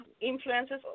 influences